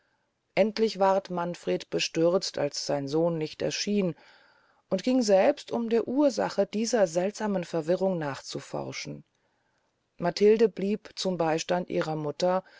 endlich ward manfred bestürzt als sein sohn nicht erschien und ging selbst um der ursache dieser seltsamen verwirrung nachzuforschen matilde blieb zum beystand ihrer mutter